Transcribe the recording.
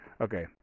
okay